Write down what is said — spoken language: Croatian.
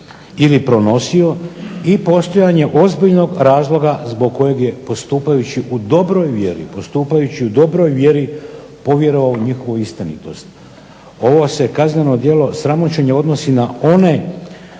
pronosio i postojanje ozbiljnog razloga zbog kojeg je postupajući u dobroj vjeri povjerovao u njihovu istinitost. Ovo se kazneno djelo sramoćenje odnosi na one